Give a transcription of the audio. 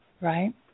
right